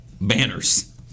banners